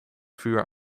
vuur